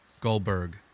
Goldberg